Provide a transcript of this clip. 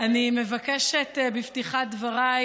אני מבקשת בפתיחת דבריי